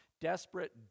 desperate